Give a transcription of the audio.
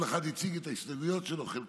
כל אחד הציג את ההסתייגויות שלו, חלק